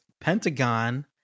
Pentagon